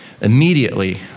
Immediately